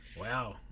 Wow